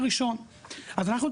אז אנחנו,